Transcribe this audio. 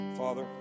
Father